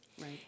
Right